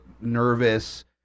nervous